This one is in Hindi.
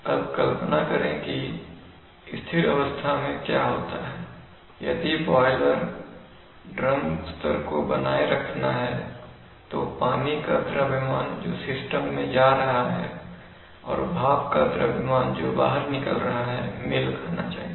अब कल्पना करें कि स्थिर अवस्था में क्या होता है यदि बॉयलर ड्रम स्तर को बनाए रखना है तो पानी का द्रव्यमान जो सिस्टम मैं जा रहा है और भाप का द्रव्यमान जो बाहर निकल रहा है मेल खाना चाहिए